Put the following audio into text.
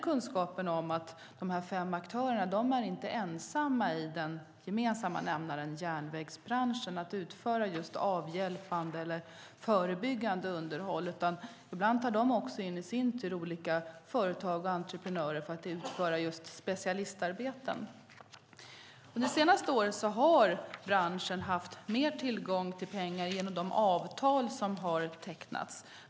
Men de fem aktörerna är inte ensamma om att utföra just avhjälpande eller förebyggande underhåll, utan ibland tar de i sin tur in olika entreprenörer för att utföra specialistarbeten. Under det senaste året har branschen haft mer tillgång till pengar genom de avtal som har tecknats.